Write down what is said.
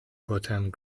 potent